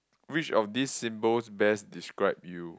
which of this symbols best describe you